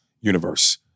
universe